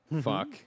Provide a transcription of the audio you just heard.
Fuck